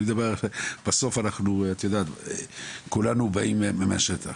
בסוף כולנו באים מהשטח.